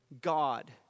God